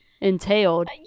entailed